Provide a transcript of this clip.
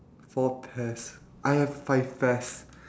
four pears I have five pears